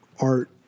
art